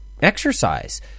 exercise